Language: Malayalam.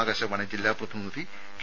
ആകാശവാണി ജില്ലാ പ്രതിനിധി കെ